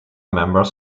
members